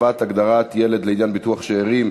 הרחבת הגדרת ילד לעניין ביטוח שאירים),